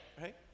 right